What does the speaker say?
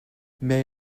may